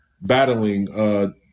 battling –